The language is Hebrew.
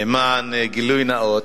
למען הגילוי הנאות,